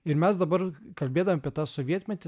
ir mes dabar kalbėdami apie tą sovietmetį